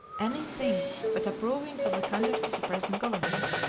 any thing but approving of the conduct of the present government.